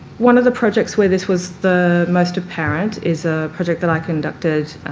one of the projects where this was the most apparent is a project that i conducted